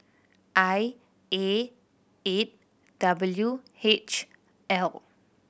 I A eight W H L